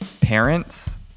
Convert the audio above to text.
parents